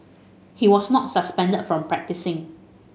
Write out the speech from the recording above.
he was not suspended from practising